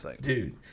Dude